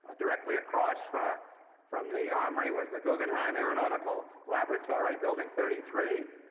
directly across from from the armory was the guggenheim aeronautical laboratory, building thirty three,